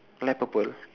light purple